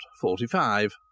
forty-five